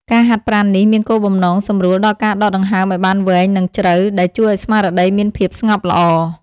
ការហាត់ប្រាណនេះមានគោលបំណងសម្រួលដល់ការដកដង្ហើមឱ្យបានវែង និងជ្រៅ ដែលជួយឱ្យស្មារតីមានភាពស្ងប់ល្អ។